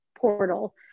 portal